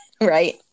Right